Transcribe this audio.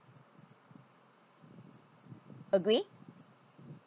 agree